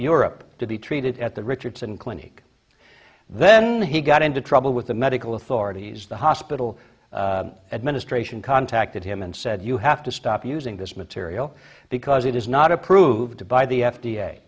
europe to be treated at the richardson clinic then he got into trouble with the medical authorities the hospital administration contacted him and said you have to stop using this material because it is not approved by the f